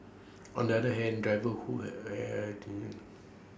on the other hand drivers who are